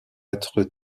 être